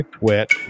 wet